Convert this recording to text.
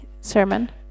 sermon